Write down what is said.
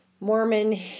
Mormon